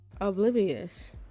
oblivious